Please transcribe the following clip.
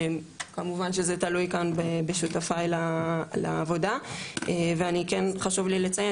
כמובן שזה תלוי כאן בשותפיי לעבודה ואני כן חשוב לי לציין